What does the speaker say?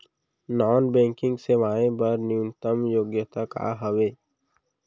Non banking सेवाएं बर न्यूनतम योग्यता का हावे?